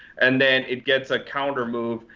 and then it gets a countermove,